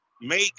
make